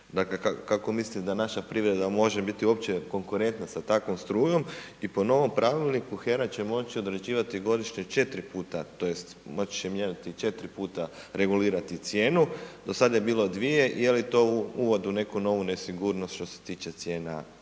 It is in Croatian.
kako misliti da naša privreda može biti uopće konkurenta s takvom strujom. I po novom pravilniku HERA će moći određivati godišnje 4 puta, tj. moći će mijenjati 4 puta regulirati cijenu. Do sada je bilo 2 i je li to u uvodu neku novu nesigurnost što se tiče cijena